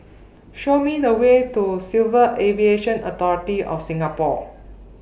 Show Me The Way to Civil Aviation Authority of Singapore